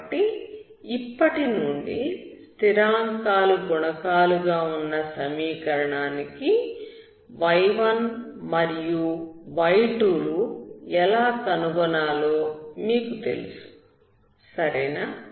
కాబట్టి ఇప్పటి నుండి స్థిరాంకాలు గుణకాలుగా ఉన్న సమీకరణానికి y1 మరియు y2 లు ఎలా కనుగొనాలో మీకు తెలుసు సరేనా